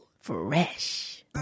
Fresh